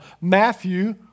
Matthew